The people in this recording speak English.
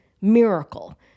miracle